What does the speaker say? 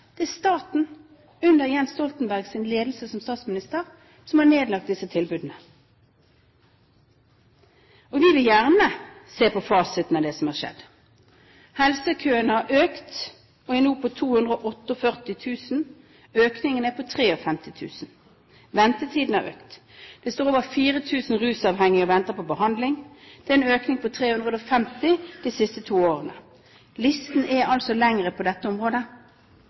det er staten, under Jens Stoltenbergs ledelse som statsminister, som har nedlagt disse tilbudene. Og vi vil gjerne se på fasiten av det som har skjedd. Helsekøene har økt, der er det nå 248 000. Økningen er på 53 000. Ventetidene har økt. Det står over 4 000 rusavhengige og venter på behandling. Det er en økning på 350 de siste to årene. Listen er altså lengre på dette området.